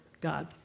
God